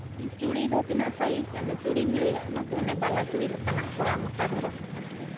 ᱪᱩᱲᱤ ᱫᱚ ᱛᱤᱱᱟᱹᱜ ᱥᱟᱭᱤᱡ ᱚᱱᱮ ᱪᱩᱲᱤᱧ ᱞᱟᱹᱭᱮᱫ ᱛᱟᱦᱮᱸᱱᱚᱜ ᱡᱮ ᱚᱱᱮ ᱵᱟᱞᱟ ᱪᱩᱲᱤ ᱞᱮᱠᱟᱱᱟᱜ ᱛᱷᱚᱲᱟ ᱢᱚᱴᱟ ᱫᱷᱚᱨᱚᱱ ᱛᱚ